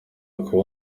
kuba